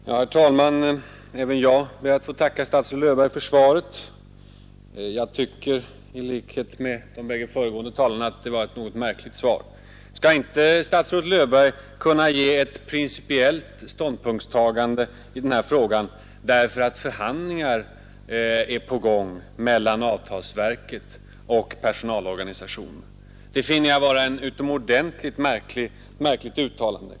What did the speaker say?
Herr talman! Även jag ber att få tacka statsrådet Löfberg för svaret. Jag tycker i likhet med de bägge föregående talarna att det var ett något märkligt svar. Skall inte statsrådet Löfberg kunna ge ett principiellt ståndpunktstagande i denna fråga därför att förhandlingar är på gång mellan avtalsverket och personalorganisationerna? Det finner jag vara mycket märkligt.